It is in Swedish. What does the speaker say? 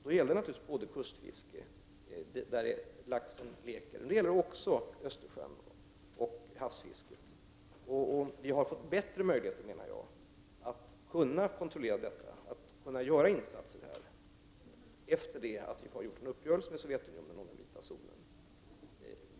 Då gäller det naturligtvis både kustfiske med lekande lax och Östersjön och havsfisket. Vi har, enligt min mening, fått bättre möjligheter att göra insatser efter det att vi har träffat en uppgörelse med Sovjetunionen om den vita zonen.